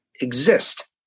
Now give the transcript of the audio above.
exist